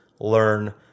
learn